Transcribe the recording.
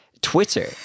Twitter